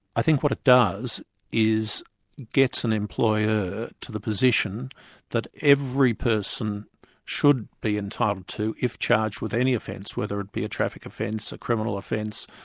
i think what it does is gets an employer to the position that every person should be entitled to if charged with any offence, whether it be a traffic offence, a criminal offence,